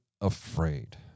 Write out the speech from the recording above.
afraid